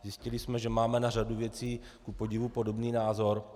Zjistili jsme, že máme na řadu věcí kupodivu podobný názor.